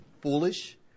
foolish